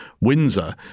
Windsor